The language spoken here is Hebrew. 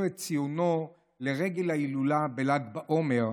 את ציונו לרגל ההילולה בל"ג בעומר,